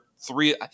three –